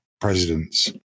presidents